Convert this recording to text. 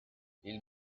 ils